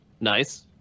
Nice